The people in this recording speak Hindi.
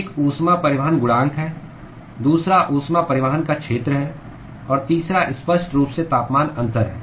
एक ऊष्मा परिवहन गुणांक है दूसरा ऊष्मा परिवहन का क्षेत्र है और तीसरा स्पष्ट रूप से तापमान अंतर है